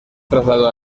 trasladó